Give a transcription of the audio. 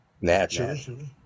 Naturally